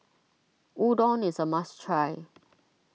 Udon is a must try